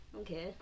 Okay